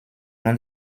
nom